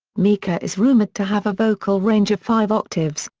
mika is rumoured to have a vocal range of five octaves,